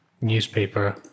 newspaper